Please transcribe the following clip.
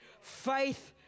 Faith